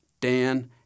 Dan